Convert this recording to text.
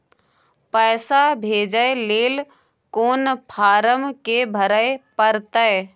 पैसा भेजय लेल कोन फारम के भरय परतै?